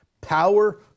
power